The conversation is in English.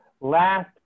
Last